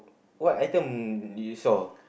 what item did you saw